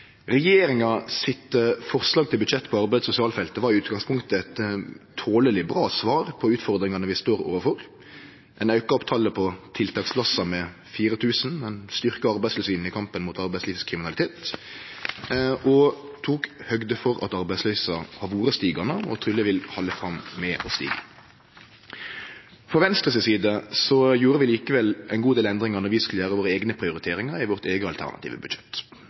Regjeringa sitt forslag til budsjett på arbeids- og sosialfeltet var i utgangspunktet eit toleleg bra svar på utfordringane vi står overfor: Ein auka talet på tiltaksplassar med 4 000, ein styrkte Arbeidstilsynet i kampen mot arbeidslivskriminalitet, og ein tok høgde for at arbeidsløysa har vore stigande og truleg vil halde fram med å stige. Frå Venstre si side gjorde vi likevel ein god del endringar då vi skulle gjere våre eigne prioriteringar i vårt eige alternative budsjett.